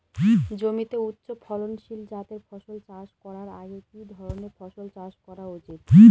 জমিতে উচ্চফলনশীল জাতের ফসল চাষ করার আগে কি ধরণের ফসল চাষ করা উচিৎ?